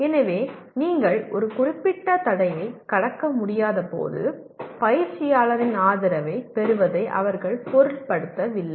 எனவே நீங்கள் ஒரு குறிப்பிட்ட தடையை கடக்க முடியாதபோது பயிற்சியாளரின் ஆதரவைப் பெறுவதை அவர்கள் பொருட்படுத்தவில்லை